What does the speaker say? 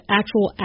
actual